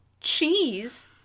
cheese